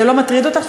זה לא מטריד אותך?